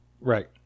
Right